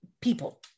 people